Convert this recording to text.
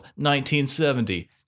1970